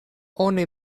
oni